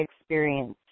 experience